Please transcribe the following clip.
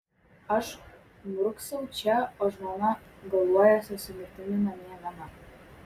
aš murksau čia o žmona galuojasi su mirtimi namie viena